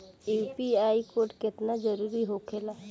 UPI code केतना जरुरी होखेला?